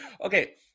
okay